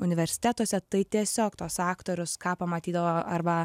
universitetuose tai tiesiog tuos aktorius ką pamatydavo arba